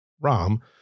Rom